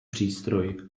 přístroj